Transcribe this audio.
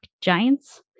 Giants